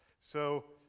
so,